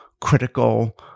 critical